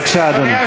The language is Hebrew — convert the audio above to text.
בבקשה, אדוני.